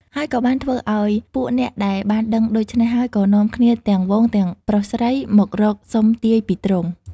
ហើយក៏បានធ្វើអោយពួកអ្នកដែលបានដឹងដូច្នេះហើយ ក៏នាំគ្នាទាំងហ្វូងទាំងប្រុសស្រី មករកសុំទាយពីទ្រង់ ។